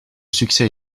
succès